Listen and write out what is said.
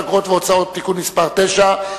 אגרות והוצאות (תיקון מס' 9),